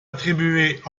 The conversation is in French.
attribuées